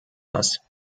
das